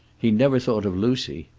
he never thought of lucy,